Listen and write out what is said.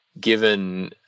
given